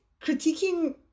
critiquing